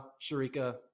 Sharika